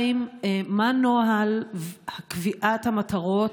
מה נוהל קביעת המטרות?